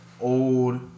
old